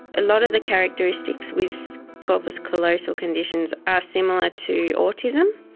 a lot of the characteristics with corpus callosal conditions are similar to autism.